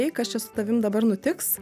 kas čia su tavim dabar nutiks